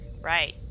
right